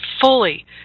fully